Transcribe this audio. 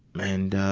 and